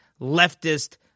leftist